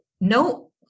no